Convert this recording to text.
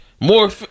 more